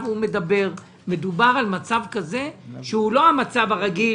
הוא מדבר מדובר על מצב שהוא לא המצב הרגיל,